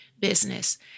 business